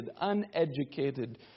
uneducated